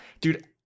Dude